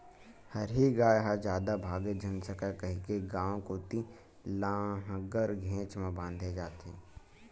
हरही गाय ह जादा भागे झन सकय कहिके गाँव कोती लांहगर घेंच म बांधे जाथे